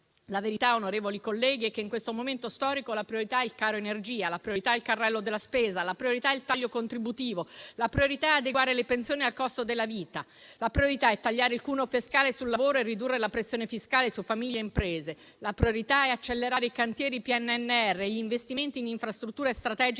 La verità, onorevoli colleghi, è che in questo momento storico la priorità è il caro energia; la priorità è il carrello della spesa; la priorità è il taglio contributivo; la priorità è adeguare le pensioni al costo della vita; la priorità è tagliare il cuneo fiscale sul lavoro e ridurre la pressione fiscale su famiglie ed imprese; la priorità è accelerare i cantieri PNRR e gli investimenti in infrastrutture strategiche